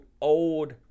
old